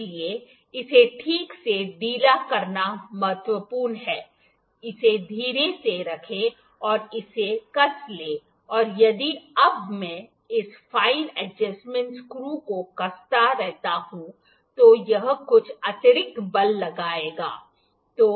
इसलिए इसे ठीक से ढीला करना महत्वपूर्ण है इसे धीरे से रखें और इसे कस लें और यदि अब मैं इस फाइन एडजेस्टमेंट स्क्रू को कसता रहता हूं तो यह कुछ अतिरिक्त बल लगाएगा